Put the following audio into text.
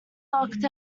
locked